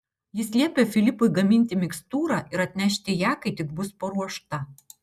jis liepė filipui gaminti mikstūrą ir atnešti ją kai tik bus paruošta